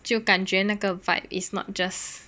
就感觉那个 vibe is not just